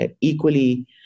equally